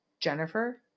Jennifer